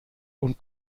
und